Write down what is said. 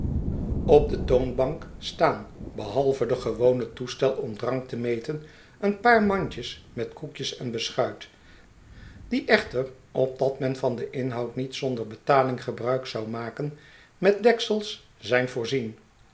op de toonbank staan behalve de gewone toestel om drank te meten een paar mandjes met koekjes en beschuit die echter opdat men van den inhoud niet zonder betaling gebruik zou maken met deksels zijn voorzien